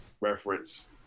reference